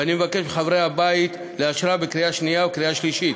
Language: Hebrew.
ואני מבקש מחברי הבית לאשרה בקריאה שנייה ובקריאה שלישית.